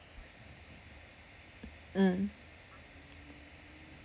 mm